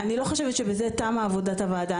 אני לא חושבת שבזה תמה עבודת הוועדה.